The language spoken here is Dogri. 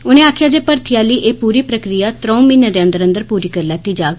उनें आखेआ जे मर्थी आह्ली एह् पूरी प्रक्रिया त्रौं म्हीनें दे अंदर अंदर पूरी करी लैती जाग